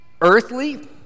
Earthly